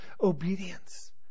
obedience